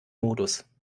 modus